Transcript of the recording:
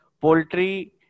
Poultry